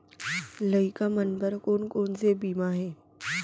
लइका मन बर कोन कोन से बीमा हे?